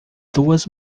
duas